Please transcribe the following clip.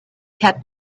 had